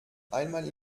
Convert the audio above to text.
einmal